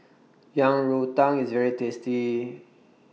Yang Rou Tang IS very tasty